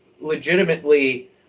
legitimately